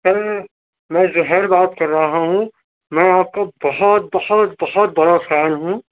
سر میں ظہیر بات کر رہا ہوں میں آپ کا بہت بہت بہت بڑا فین ہوں